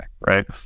right